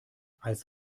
als